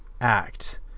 act